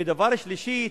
והדבר השלישי,